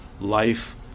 life